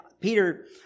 Peter